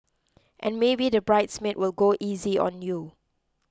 and maybe the bridesmaid will go easy on you